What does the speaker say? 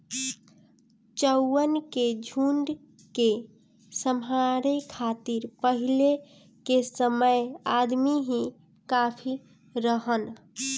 चउवन के झुंड के सम्हारे खातिर पहिले के समय अदमी ही काफी रहलन